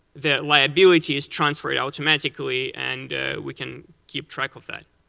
the liability is transferred automatically and we can keep track of that.